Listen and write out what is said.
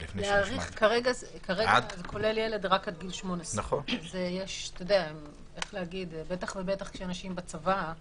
כרגע זה כולל ילד רק עד גיל 18. בטח כשאנשים בצבא,